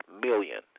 million